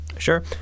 Sure